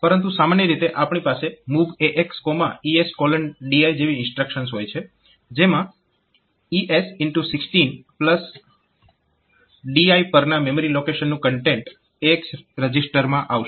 પરંતુ સામાન્ય રીતે આપણી પાસે MOV AXESDI જેવી ઇન્સ્ટ્રક્શન્સ હોય છે જેમાં ES16DI પરના મેમરી લોકેશનનું કન્ટેન્ટ AX રજીસ્ટરમાં આવશે